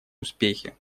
успехи